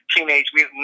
Teenage